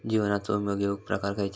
जीवनाचो विमो घेऊक प्रकार खैचे?